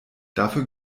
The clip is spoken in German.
dafür